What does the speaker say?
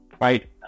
right